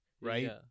right